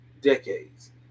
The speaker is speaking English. decades